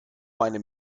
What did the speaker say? meine